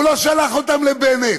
הוא לא שלח אותן לבנט.